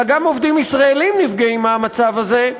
אלא גם עובדים ישראלים נפגעים מהמצב הזה,